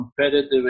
competitive